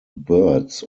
birds